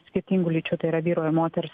skirtingų lyčių tai yra vyro ir moters